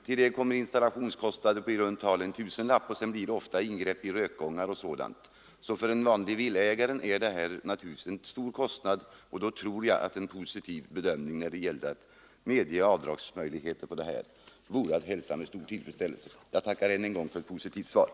Till det kommer installationskostnad med i runt tal 1 000 kronor. Dessutom blir det ofta fråga om ingrepp i rökgångar och sådant. För den vanlige villaägaren är detta en stor kostnad, och jag tror att en positiv bedömning när det gäller att medge avdragsmöjligheter skulle hälsas med stor tillfredsställelse. Jag tackar än en gång för det positiva svaret.